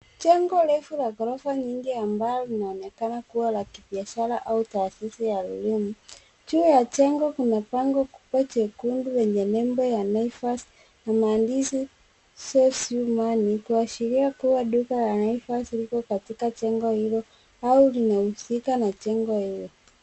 Jengo refu la ghorofa nyingi ambalo linaonekana kuwa la kibiashara au taasisi ya elimu. Juu ya jengo kuna bango kubwa jekundu lenye nebo ya Naivas na maandishi saves you money kuashiria kuwa duka la Naivas liko katika jengo hilo au linahusika na jengo hilo.